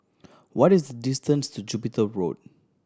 what is the distance to Jupiter Road